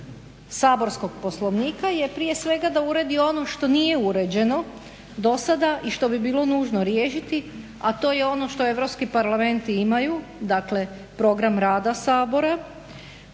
od saborskog Poslovnika je prije svega da uredi ono što nije uređeno dosada i što bi bilo nužno riješiti, a to je ono što europski parlamenti imaju dakle program rada Sabora,